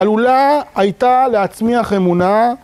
עלולה הייתה להצמיח אמונה